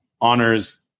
honors